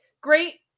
great